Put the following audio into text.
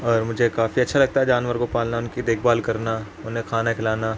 اور مجھے کافی اچھا لگتا ہے جانور کو پالنا ان کی دیکھ بھال کرنا انہیں کھانا کھلانا